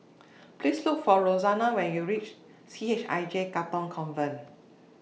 Please Look For Roxana when YOU REACH C H I J Katong Convent